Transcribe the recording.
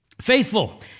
faithful